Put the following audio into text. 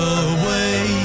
away